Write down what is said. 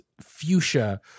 fuchsia